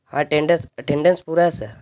attends attendance پورا ہے سر